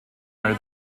are